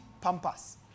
pampas